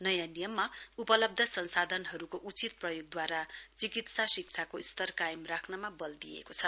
नयाँ नियममा उपलब्ध संसाधनहरूको उचित प्रयोगद्वारा चिकित्सा सिक्षाको स्तर कायम राख्नमा बल दिइएको छ